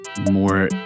more